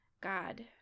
God